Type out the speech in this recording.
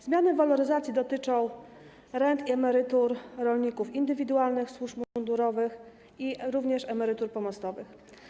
Zmiany w waloryzacji dotyczą rent i emerytur rolników indywidualnych, służb mundurowych, jak również emerytur pomostowych.